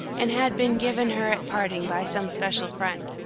and had been given her at parting by some special friend.